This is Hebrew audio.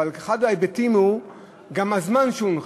אחד ההיבטים הוא זמן ההנחה.